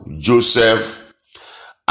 Joseph